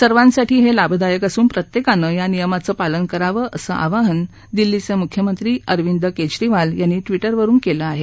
सर्वानासाठी हे लाभदायक असून प्रत्येकांनी या नियमाचं पालन करावं असं आवाहन दिल्लीचे मुख्यमंत्री केजरीवाल यांनी ट्विटरवरुन केलं आहे